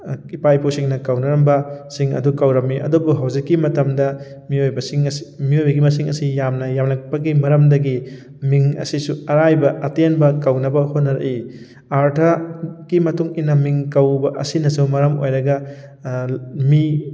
ꯏꯄꯥ ꯏꯄꯨꯁꯤꯡꯅ ꯀꯧꯅꯔꯝꯕ ꯁꯤꯡ ꯑꯗꯨ ꯀꯧꯔꯝꯃꯤ ꯑꯗꯨꯕꯨ ꯍꯧꯖꯤꯛꯀꯤ ꯃꯇꯝꯗ ꯃꯤꯑꯣꯏꯕꯁꯤꯡ ꯑꯁꯤ ꯃꯤꯑꯣꯏꯕꯒꯤ ꯃꯁꯤꯡ ꯑꯁꯤ ꯌꯥꯝꯅ ꯌꯥꯝꯂꯛꯄꯒꯤ ꯃꯔꯝꯗꯒꯤ ꯃꯤꯡ ꯑꯁꯤꯁꯨ ꯑꯔꯥꯏꯕ ꯑꯇꯦꯟꯕ ꯀꯧꯅꯕ ꯍꯣꯠꯅꯔꯛꯏ ꯑꯥꯔꯊ ꯀꯤ ꯃꯇꯨꯡ ꯏꯟꯅ ꯃꯤꯡ ꯀꯧꯕ ꯑꯁꯤꯅꯁꯨ ꯃꯔꯝ ꯑꯣꯏꯔꯒ ꯃꯤ